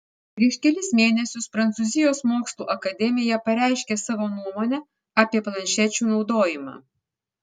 prieš kelis mėnesius prancūzijos mokslų akademija pareiškė savo nuomonę apie planšečių naudojimą